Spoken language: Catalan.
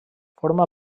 forma